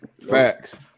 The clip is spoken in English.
Facts